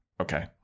Okay